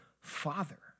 father